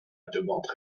demande